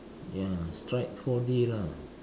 ya strike four D lah